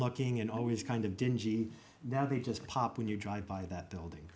looking at always kind of dingy now they just pop when you drive by that building